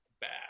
bad